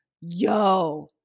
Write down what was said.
Yo